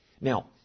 Now